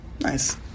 Nice